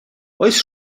oes